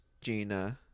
Gina